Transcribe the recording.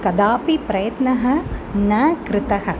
कदापि प्रयत्नः न कृतः